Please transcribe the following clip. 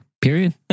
period